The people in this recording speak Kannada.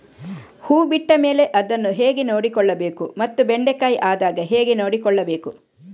ಹೂ ಬಿಟ್ಟ ಮೇಲೆ ಅದನ್ನು ಹೇಗೆ ನೋಡಿಕೊಳ್ಳಬೇಕು ಮತ್ತೆ ಬೆಂಡೆ ಕಾಯಿ ಆದಾಗ ಹೇಗೆ ನೋಡಿಕೊಳ್ಳಬೇಕು?